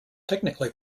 technically